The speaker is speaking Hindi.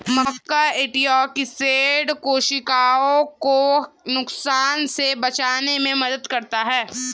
मक्का एंटीऑक्सिडेंट कोशिकाओं को नुकसान से बचाने में मदद करता है